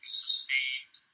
sustained